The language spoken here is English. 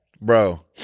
bro